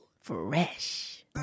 Fresh